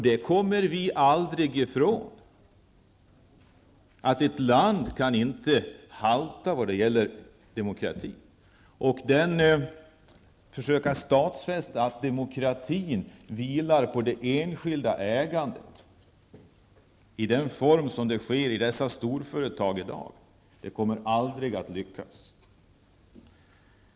Vi kommer aldrig ifrån att ett land inte kan halta när det gäller demokratin. Att försöka stadfästa att demokratin vilar på det enskilda ägandet i den form som finns i storföretagen i dag -- det kommer aldrig att lyckas.